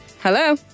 Hello